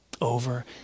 over